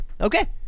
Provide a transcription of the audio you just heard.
okay